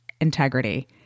integrity